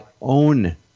own